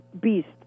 beast